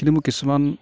কিন্তু মোৰ কিছুমান